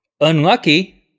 unlucky